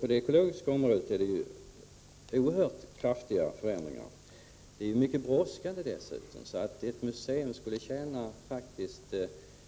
På det ekologiska området har det ju blivit oerhört stora förändringar. Dessutom brådskar det, varför ett museum faktiskt skulle tjäna